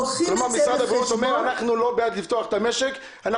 לוקחים את זה בחשבון.